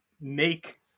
make